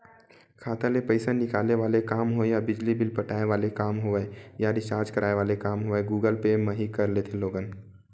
खाता ले पइसा निकाले वाले काम होय या बिजली बिल पटाय वाले काम होवय या रिचार्ज कराय वाले काम होवय गुगल पे म ही कर लेथे लोगन